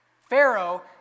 Pharaoh